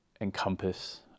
encompass